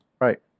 Right